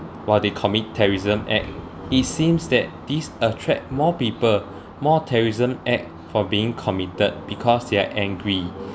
while they commit terrorism act it seems that these attract more people more terrorism act for being committed because they're angry